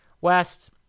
West